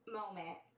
moment